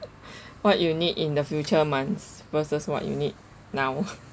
what you need in the future months versus what you need now